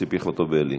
ציפי חוטובלי.